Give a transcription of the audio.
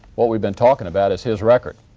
what we've been talking about is his record.